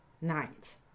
night